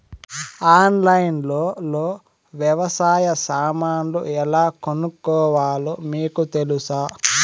ఆన్లైన్లో లో వ్యవసాయ సామాన్లు ఎలా కొనుక్కోవాలో మీకు తెలుసా?